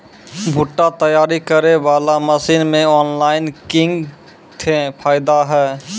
भुट्टा तैयारी करें बाला मसीन मे ऑनलाइन किंग थे फायदा हे?